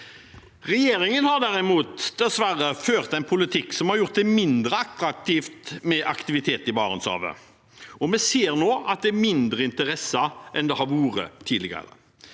Regjeringen har derimot dessverre ført en politikk som har gjort det mindre attraktivt med aktivitet i Barentshavet, og vi ser nå at det er mindre interesse enn det har vært tidligere.